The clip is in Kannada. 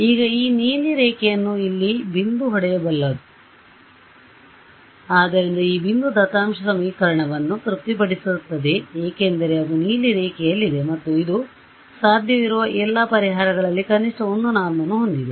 ಈಗ ಈ ನೀಲಿ ರೇಖೆಯನ್ನು ಇಲ್ಲಿ ಈ ಬಿಂದು ಹೊಡೆಯಬಲ್ಲದು ಆದ್ದರಿಂದ ಈ ಬಿಂದು ದತ್ತಾಂಶ ಸಮೀಕರಣವನ್ನು ತೃಪ್ತಿಪಡಿಸುತ್ತದೆ ಏಕೆಂದರೆ ಅದು ನೀಲಿ ರೇಖೆಯಲ್ಲಿದೆ ಮತ್ತು ಇದು ಸಾಧ್ಯವಿರುವ ಎಲ್ಲ ಪರಿಹಾರಗಳಲ್ಲಿ ಕನಿಷ್ಠ 1 norm ನ್ನು ಹೊಂದಿದೆ